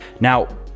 Now